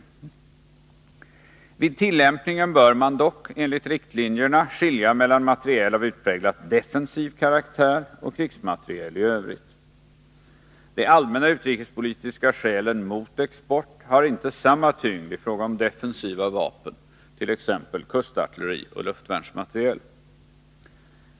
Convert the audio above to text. Vid tillämpning bör man dock, enligt riktlinjerna, skilja mellan materiel av utpräglat defensiv karaktär och krigsmateriel i övrigt. De allmänna utrikespolitiska skälen mot export har inte samma tyngd i fråga om defensiva vapen, t.ex. kustartilleri och luftvärnsmateriel.